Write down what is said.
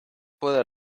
puede